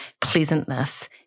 pleasantness